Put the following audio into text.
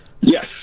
Yes